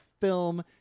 film